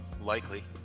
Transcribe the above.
likely